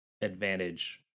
advantage